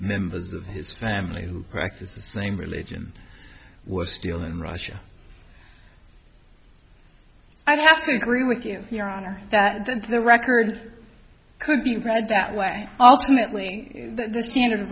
members of his family who practice the same religion was still in russia i have to agree with you your honor that the record could be read that way alternately the standard